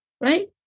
right